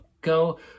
go